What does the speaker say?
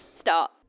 Start